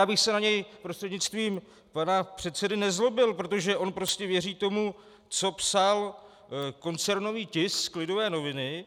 Já bych se na něj, prostřednictvím pana předsedy, nezlobil, protože on prostě věří tomu, co psal koncernový tisk, Lidové noviny.